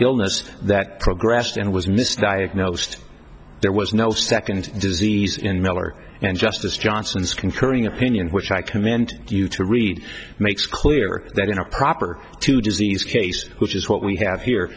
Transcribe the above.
illness that progressed and was mis diagnosed there was no second disease in miller and justice johnson's concurring opinion which i commend you to read makes clear that in a proper two disease case which is what we have here